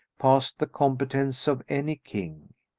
past the competence of any king.